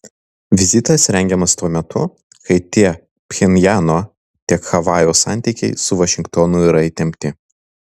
vizitas rengiamas tuo metu kai tiek pchenjano tiek havanos santykiai su vašingtonu yra įtempti